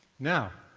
now,